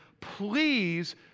please